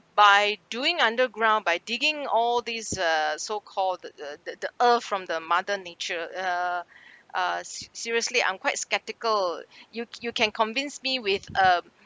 by doing underground by digging all these uh so called that the that the earth from the mother nature uh uh s~ seriously I'm quite sceptical you you can convince me with a